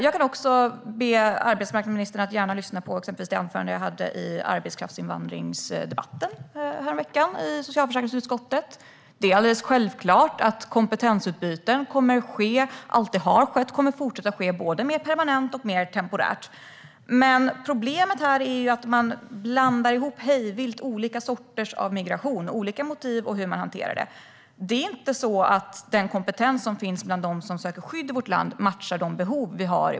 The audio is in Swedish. Jag ber även arbetsmarknadsministern att lyssna på exempelvis det anförande jag höll när socialförsäkringsutskottet debatterade arbetskraftsinvandring häromveckan. Det är alldeles självklart att kompetensutbyte alltid har skett och kommer att fortsätta att ske, både permanent och mer temporärt. Problemet är dock att man hej vilt blandar ihop olika sorters migration och motiv och hur man ska hantera det hela. Den kompetens som finns bland dem som söker skydd i vårt land matchar inte de behov vi har.